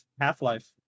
Half-Life